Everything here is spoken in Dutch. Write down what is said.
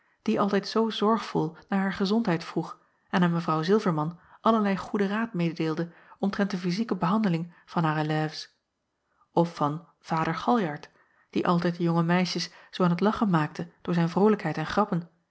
die altijd zoo zorgvol naar haar gezondheid vroeg en aan w ilverman allerlei goeden raad meêdeelde omtrent de fyzieke behandeling van haar élèves of van vader aljart die altijd de jonge meisjes zoo aan t lachen maakte door zijn vrolijkheid en grappen